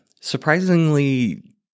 Surprisingly